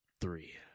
three